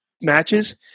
matches